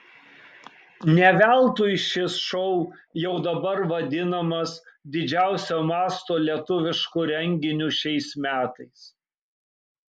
ne veltui šis šou jau dabar vadinamas didžiausio masto lietuvišku renginiu šiais metais